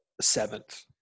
seventh